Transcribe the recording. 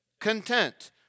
content